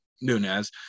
Nunez